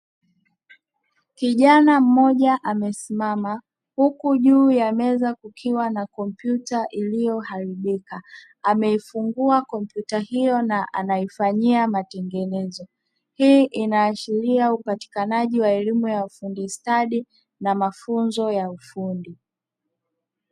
Kijana mmoja mesimama huku juu ya meza kukiwa na kompyuta iliyoharibika. Ameifungua kompyuta hio na anaifanyia matengenezo. Hii inaashiria upatikanaji wa elimu ya ufundi stadi na mafunzo ya ufundi.